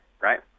right